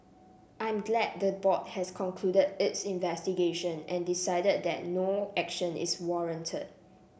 I'm glad the board has concluded its investigation and decided that no action is warranted